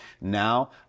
Now